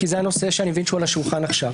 כי זה הנושא שאני מבין שהוא על השולחן הזה.